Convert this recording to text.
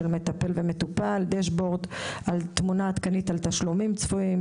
של מטפל ומטופל; Dashboard עם תמונה עדכנית של תשלומים צפויים;